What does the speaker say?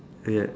ya